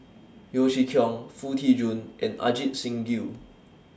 Yeo Chee Kiong Foo Tee Jun and Ajit Singh Gill